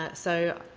ah so,